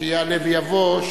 שיעלה ויבוא,